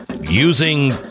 using